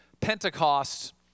Pentecost